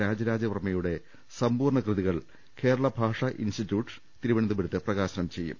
രാജരാജവർമ്മയുടെ സമ്പൂർണ കൃതികൾ കേരളഭാഷാ ഇൻസ്റ്റിറ്റ്യൂട്ട് തിരുവനന്തപുരത്ത് പ്രകാശനം ചെയ്യും